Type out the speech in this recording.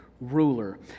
ruler